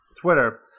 Twitter